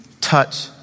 touch